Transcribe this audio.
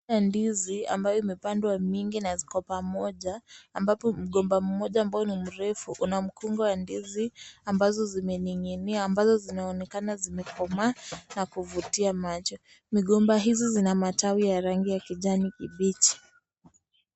Mandizi ambayo imepandwa mingi na ziko pamoja ambapo mgomba mmoja, ambao ni mrefu una mkunga wa ndizi ambazo zimening'inia ambazo zinonekana zimekomaa na kuvutia macho. Migomba hizi zina matawi ya kijani kibichi.